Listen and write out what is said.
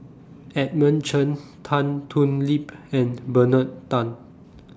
Edmund Chen Tan Thoon Lip and Bernard Tan